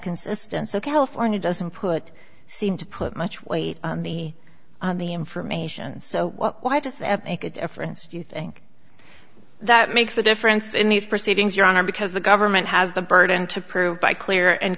consistent so california doesn't put seem to put much weight on the information so why does that make a difference do you think that makes a difference in these proceedings your honor because the government has the burden to prove by clear and